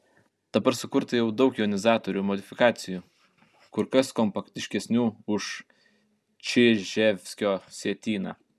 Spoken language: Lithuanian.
dabar sukurta jau daug jonizatorių modifikacijų kur kas kompaktiškesnių už čiževskio sietyną